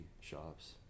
shops